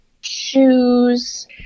shoes